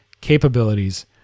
capabilities